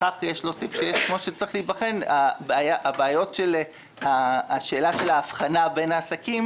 לכך יש להוסיף שצריכה להיבחן השאלה של האבחנה בין העסקים.